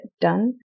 done